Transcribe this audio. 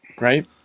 right